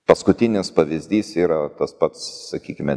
paskutinis pavyzdys yra tas pats sakykime